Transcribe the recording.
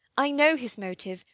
i know his motive.